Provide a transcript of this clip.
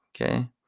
okay